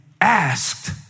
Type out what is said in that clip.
asked